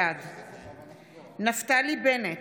בעד נפתלי בנט,